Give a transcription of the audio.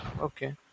Okay